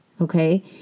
okay